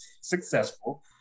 successful